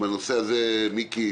מיקי,